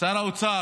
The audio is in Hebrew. שר האוצר,